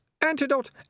Antidote